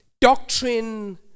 doctrine